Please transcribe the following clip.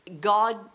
God